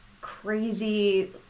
crazy